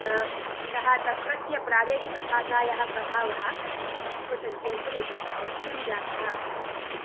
अतः तत्रत्य प्रादेशिकभाषायाः प्रभावः संस्कृतस्य उपरि अवश्यं जातः अस्ति